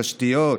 תשתיות,